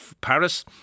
Paris